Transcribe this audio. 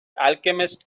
alchemist